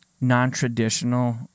non-traditional